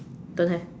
don't have